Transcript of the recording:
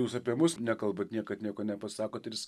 jūs apie mus nekalbat niekad nieko nepasakot ir jis